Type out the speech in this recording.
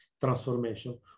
transformation